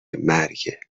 مرگ